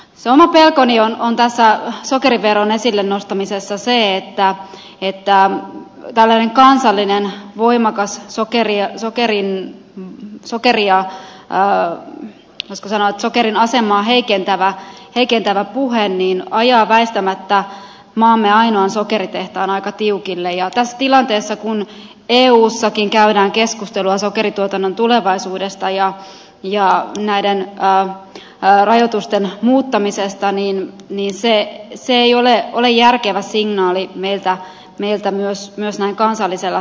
oma pelkoni on tässä sokeriveron esille nostamisessa se että tällainen kansallinen voimakas voisiko sanoa sokerin asemaa heikentävä puhe ajaa väistämättä maamme ainoan sokeritehtaan aika tiukille ja tässä tilanteessa kun eussakin käydään keskustelua sokerituotannon tulevaisuudesta ja näiden rajoitusten muuttamisesta se ei ole järkevä signaali meiltä myös näin kansallisella tasolla